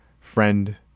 friend